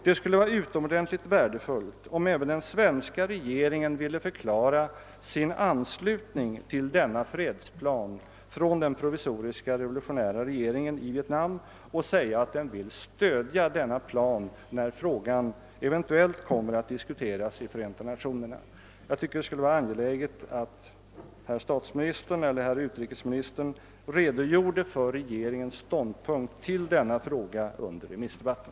Det skulle vara värdefullt om även den svenska regeringen skulle vilja förklara sin anslutning till denna fredsplan från den provisoriska revolutionära regeringen i Vietnam och säga att den vill stödja denna plan inför Förenta nationerna. Jag tycker att det skulle vara angeläget att statsministern eller utrikesministern redogjorde för regeringens ståndpunkt i denna fråga under remissdebatten.